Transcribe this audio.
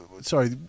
Sorry